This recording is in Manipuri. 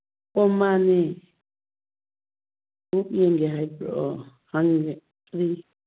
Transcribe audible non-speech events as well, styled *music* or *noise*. ꯑꯣ ꯃꯥꯅꯦ ꯈꯣꯡꯎꯞ ꯌꯦꯡꯒꯦ ꯍꯥꯏꯕ꯭ꯔꯣ *unintelligible*